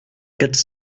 quatre